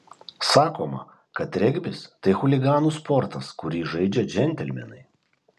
sakoma kad regbis tai chuliganų sportas kurį žaidžia džentelmenai